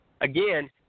again